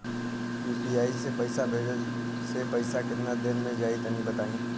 UPI से पईसा भेजलाऽ से पईसा केतना देर मे जाई तनि बताई?